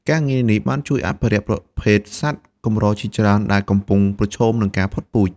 ការងារនេះបានជួយអភិរក្សប្រភេទសត្វកម្រជាច្រើនដែលកំពុងប្រឈមនឹងការផុតពូជ។